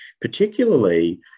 Particularly